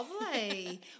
Lovely